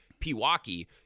Pewaukee